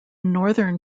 northern